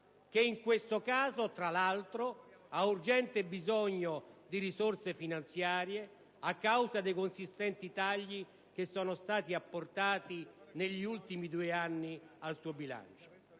che in questo caso, tra l'altro, ha urgente bisogno di risorse finanziarie, a causa dei consistenti tagli che sono stati apportati negli ultimi due anni al suo bilancio.